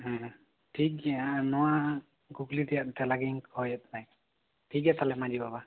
ᱦᱮᱸ ᱴᱷᱤᱠ ᱜᱮᱭᱟ ᱱᱚᱣᱟ ᱠᱩᱠᱞᱤ ᱛᱮᱭᱟᱜ ᱛᱮᱞᱟᱜᱤᱧ ᱠᱷᱚᱭᱮᱫ ᱛᱟᱦᱮᱸᱜ ᱴᱷᱤᱠ ᱜᱮᱭᱟ ᱛᱟᱦᱚᱞᱮ ᱡᱚᱦᱟᱨ